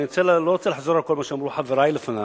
אני לא רוצה לחזור על כל מה שאמרו חברי לפני.